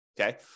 Okay